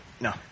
No